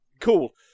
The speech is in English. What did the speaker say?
cool